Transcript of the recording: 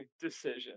decision